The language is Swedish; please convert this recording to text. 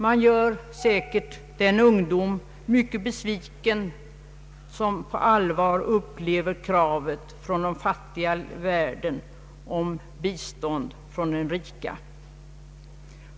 Man gör säkert den ungdom mycket besviken som på allvar upplever den fattiga världens krav på bistånd från den rika.